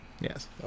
Yes